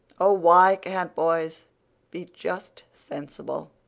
oh, why can't boys be just sensible!